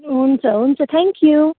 हुन्छ हुन्छ thank you